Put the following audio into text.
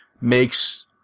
makes